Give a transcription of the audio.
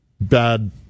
bad